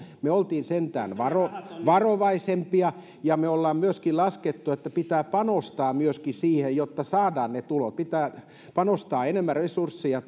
me olimme sentään varovaisempia ja me olemme myöskin laskeneet että pitää panostaa myöskin siihen että saadaan ne tulot pitää panostaa enemmän resursseja